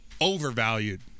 overvalued